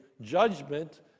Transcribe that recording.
judgment